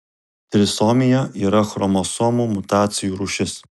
trisomija yra chromosomų mutacijų rūšis